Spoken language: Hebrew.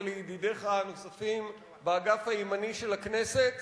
ואל ידידיך הנוספים באגף הימני של הכנסת,